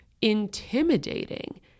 intimidating